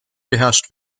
beherrscht